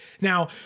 Now